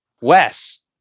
Wes